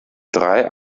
drei